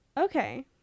okay